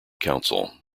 council